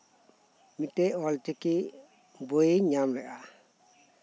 ᱢᱤᱫ ᱴᱮᱱ ᱚᱞᱪᱤᱠᱤ ᱵᱳᱭ ᱤᱧ ᱧᱟᱢ ᱞᱮᱫᱼᱟ